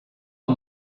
amb